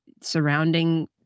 surrounding